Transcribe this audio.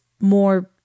more